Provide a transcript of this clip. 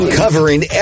covering